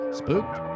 spooked